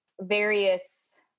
various